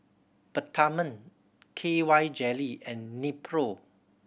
Peptamen K Y Jelly and Nepro